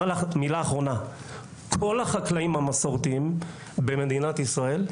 כל החקלאים המסורתיים במדינת ישראל,